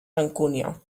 rancúnia